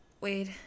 wait